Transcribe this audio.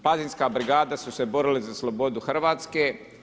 Pazinska brigada su se borili za slobodu Hrvatske.